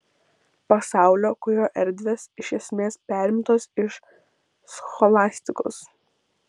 pasaulio kurio erdvės iš esmės perimtos iš scholastikos